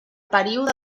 període